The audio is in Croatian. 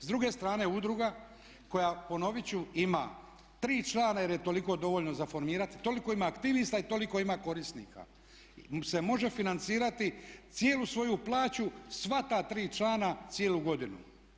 S druge strane udruga koja ponovit ću ima tri člana jer je toliko dovoljno za formirati, toliko ima aktivista i toliko ima korisnika se može financirati cijelu svoju plaću sva ta tri člana cijelu godinu.